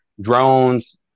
Drones